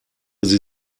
sie